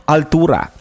Altura